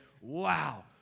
Wow